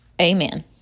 Amen